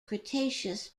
cretaceous